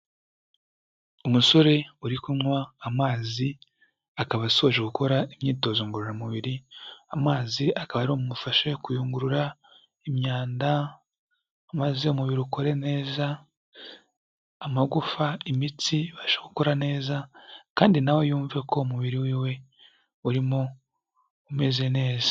Umusore uri kunywa amazi akaba asoje gukora imyitozo ngororamubiri, amazi akaba ari bumufasha kuyungurura imyanda maze umubiri ukore neza, amagufa, imitsi ibashe gukora neza, kandi na we yumve ko umubiri wiwe urimo umeze neza.